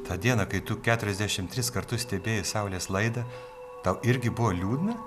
tą dieną kai tu keturiasdešim tris kartus stebėjai saulės laidą tau irgi buvo liūdna